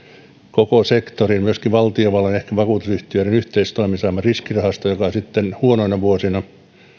koko sektorin myöskin valtiovallan ja ehkä vakuutusyhtiöiden yhteistoimin saamaa riskirahastoa joka sitten huonoina vuosina